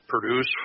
produce